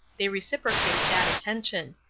they reciprocate that attention.